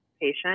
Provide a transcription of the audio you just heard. patient